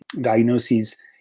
diagnoses